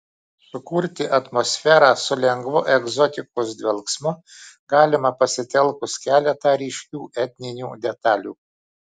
sukurti atmosferą su lengvu egzotikos dvelksmu galima pasitelkus keletą ryškių etninių detalių